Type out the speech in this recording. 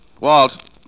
Walt